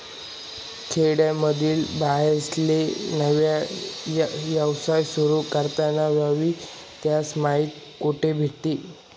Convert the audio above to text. खेडामझारल्या बाईसले नवा यवसाय सुरु कराना व्हयी ते त्यासले माहिती कोठे भेटी?